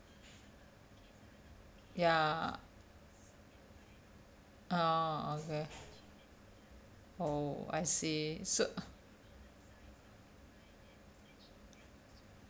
ya orh okay oh I see so